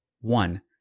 One